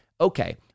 okay